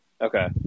Okay